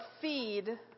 feed